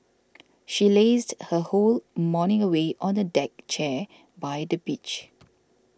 she lazed her whole morning away on a deck chair by the beach